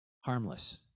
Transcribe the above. harmless